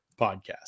podcast